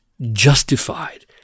justified